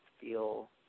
feel